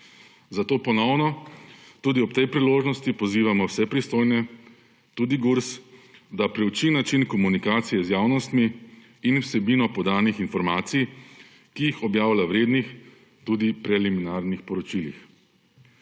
Zato ponovno tudi ob tej priložnosti pozivamo vse pristojne, tudi Gurs, da preuči način komunikacije z javnostmi in vsebino podanih informacij, ki jih objavlja v rednih, tudi preliminarnih poročilih.